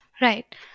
Right